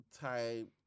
type